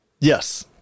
yes